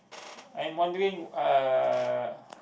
I'm wondering uh